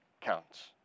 counts